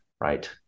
right